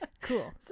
cool